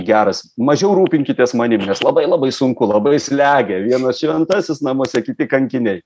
geras mažiau rūpinkitės manim nes labai labai sunku labai slegia vienas šventasis namuose kiti kankiniai